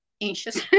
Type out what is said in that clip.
anxious